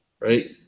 right